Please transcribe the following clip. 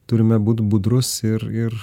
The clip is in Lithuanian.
turime būt budrūs ir ir